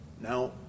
Now